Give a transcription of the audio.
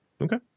Okay